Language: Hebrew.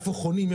איפה חונים,